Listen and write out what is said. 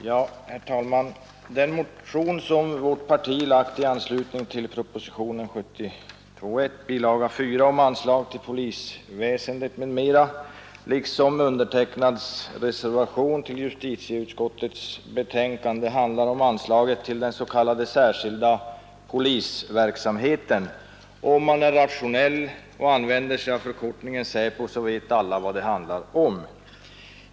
Herr talman! Den motion som vårt parti har väckt i anslutning till bilaga 4 till propositionen 1 år 1972, om anslag till polisväsendet m.m., liksom min reservation till justitieutskottets betänkande nr 4 handlar om anslaget till den s.k. särskilda polisverksamheten. Om jag använder förkortningen SÄPO, så vet alla vad det handlar om.